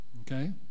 Okay